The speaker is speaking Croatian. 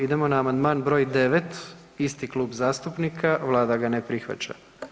Idemo na amandman broj 9. isti klub zastupnika, Vlada ga ne prihvaća.